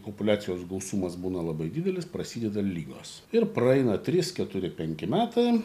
populiacijos gausumas būna labai didelis prasideda ligos ir praeina trys keturi penki metai